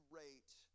rate